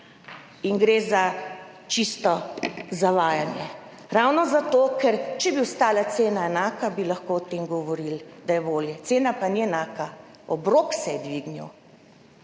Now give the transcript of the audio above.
in gre za čisto zavajanje ravno zato, ker če bi ostala cena enaka, bi lahko o tem govorili, da je bolje, cena pa ni enaka, obrok se je dvignil